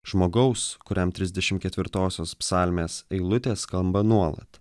žmogaus kuriam trisdešim ketvirtosios psalmės eilutės skamba nuolat